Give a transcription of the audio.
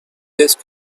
desk